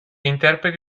interpreta